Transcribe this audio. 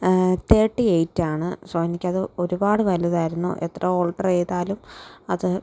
തേട്ടി eight ആണ് so എനിക്കത് ഒരുപാട് വലുതായിരുന്നു എത്ര ഓൾട്ടർ ചെയ്താലും അത്